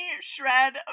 shred